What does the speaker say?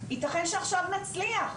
ייתכן שעכשיו נצליח,